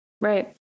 right